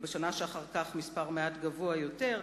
ובשנה שאחר כך מספר מעט גבוה יותר,